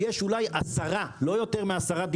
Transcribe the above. יש אולי 10 דיפואים לא יותר מכך.